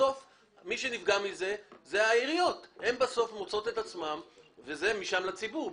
בסוף מי שנפגע מזה הן העיריות, ומשם הציבור.